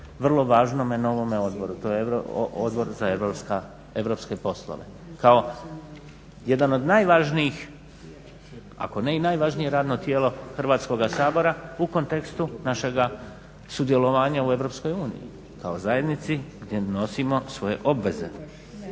vrlo važnome novome odboru. To je Odbor za europske poslove. Kao jedan od najvažnijih, ako ne i najvažnije radno tijelo Hrvatskoga sabora u kontekstu našega sudjelovanja u EU kao zajednici gdje nosimo svoje obveze,